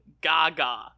Gaga